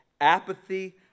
apathy